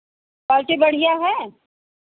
quality बढ़ियाँ है